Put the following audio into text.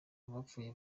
abapfuye